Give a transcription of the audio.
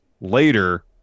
later